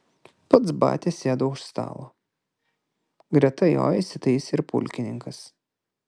pats batia sėdo už stalo greta jo įsitaisė ir pulkininkas